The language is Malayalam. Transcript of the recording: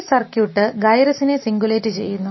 ഈ സർക്യൂട്ട് ഗൈറസ്സിനെ സിംഗുലേറ്റ് ചെയ്യുന്നു